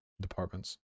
departments